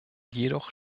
jedoch